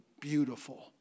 beautiful